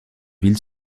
ville